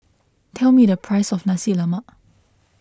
tell me the price of Nasi Lemak